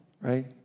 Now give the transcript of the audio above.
Right